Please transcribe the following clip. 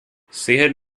sehen